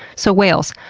so, whales,